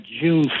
June